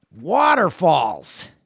waterfalls